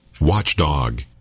Watchdog